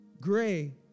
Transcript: gray